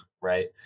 right